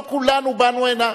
לא כולנו באנו הנה,